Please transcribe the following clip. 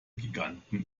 giganten